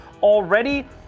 already